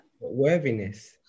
Worthiness